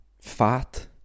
fat